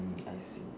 I see